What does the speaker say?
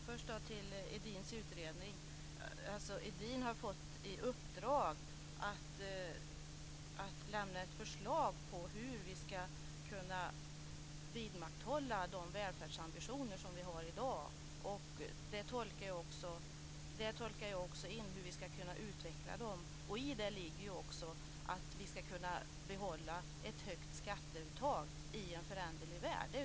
Fru talman! Först Edins utredning. Edin har alltså fått i uppdrag att lämna ett förslag om hur vi ska kunna vidmakthålla de välfärdsambitioner som vi har i dag. I det tolkar jag även in frågan om hur vi ska kunna utveckla dem. I det ligger också att vi ska kunna behålla ett högt skatteuttag i en föränderlig värld.